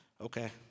Okay